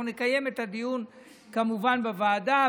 אנחנו נקיים את הדיון כמובן בוועדה,